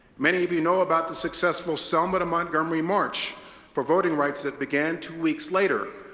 many of you know about the successful selma-to-montgomery march for voting rights that began two weeks later,